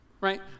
Right